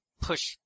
push